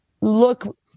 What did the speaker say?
look